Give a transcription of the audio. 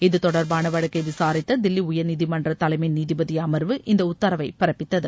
இது தொடர்பான வழக்கை விசாரித்த தில்லி உயர்நீதிமன்ற தலைமை நீதிபதி அமர்வு இந்த உத்தரவை பிறப்பித்தது